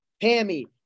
Pammy